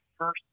first